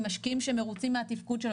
עם משקיעים שמרוצים מהתפקוד.